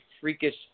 freakish